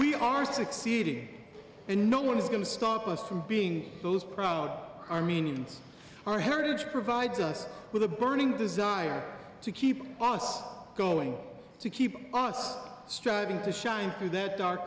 we are succeeding and no one is going to stop us from being those proud armenians our heritage provides us with a burning desire to keep us going to keep us striving to shine through that dark